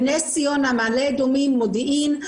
בנס ציונה, מעלה אדומים, מודיעין.